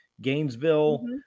Gainesville